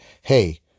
hey